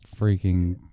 freaking